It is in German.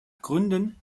gründung